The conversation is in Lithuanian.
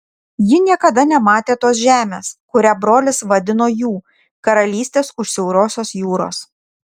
ji niekada nematė tos žemės kurią brolis vadino jų karalystės už siaurosios jūros